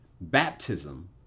baptism